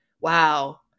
wow